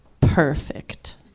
perfect